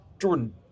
jordan